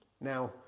Now